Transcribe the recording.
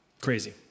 crazy